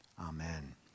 amen